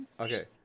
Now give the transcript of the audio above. okay